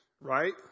right